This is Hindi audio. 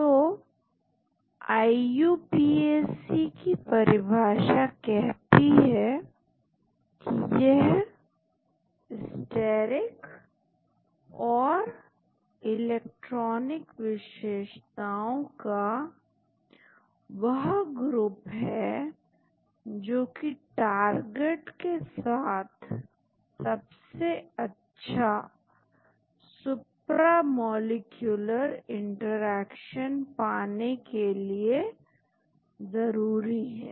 तो आईयूपीएसी की परिभाषा कहती है की यह स्टेरिक और इलेक्ट्रॉनिक विशेषताओं का वह ग्रुप है जोकि टारगेट के साथ सबसे अच्छा सुप्प्रामोलीक्यूलर इंटरेक्शन पाने के लिए जरूरी है